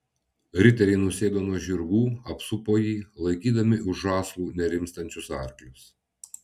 riteriai nusėdo nuo žirgų apsupo jį laikydami už žąslų nerimstančius arklius